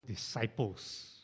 disciples